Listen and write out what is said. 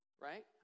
Right